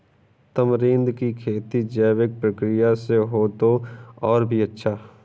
tamarind की खेती जैविक प्रक्रिया से हो तो और भी अच्छा